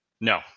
No